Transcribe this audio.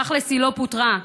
תכל'ס, היא לא פוטרה.